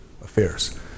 affairs